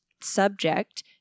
subject